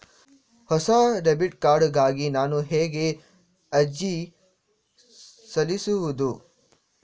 ಹೊಸ debit card ಗಾಗಿ ನಾನು ಹೇಗೆ ಅರ್ಜಿ ಸಲ್ಲಿಸುವುದು?